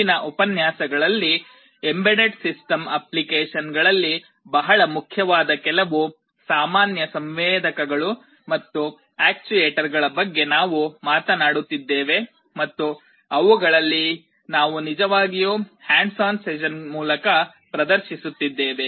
ಮುಂದಿನ ಉಪನ್ಯಾಸಗಳಲ್ಲಿ embedded system ಅಪ್ಲಿಕೇಶನ್ಗಳಲ್ಲಿ ಬಹಳ ಮುಖ್ಯವಾದ ಕೆಲವು ಸಾಮಾನ್ಯ ಸಂವೇದಕಗಳು ಮತ್ತು ಆಕ್ಯೂವೇಟರ್ಗಳ ಬಗ್ಗೆ ನಾವು ಮಾತನಾಡುತ್ತಿದ್ದೇವೆ ಮತ್ತು ಅವುಗಳಲ್ಲಿ ಹಲವು ನಾವು ನಿಜವಾಗಿಯೂ ಹ್ಯಾಂಡ್ಸ್ ಆನ್ ಸೆಷನ್ಗಳ ಮೂಲಕ ಪ್ರದರ್ಶಿಸುತ್ತಿದ್ದೇವೆ